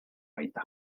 baita